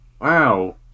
Wow